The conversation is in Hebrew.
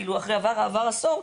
אחרי שעבר עשור,